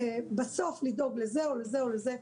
שבסוף לדאוג לזה או לזה או לזה,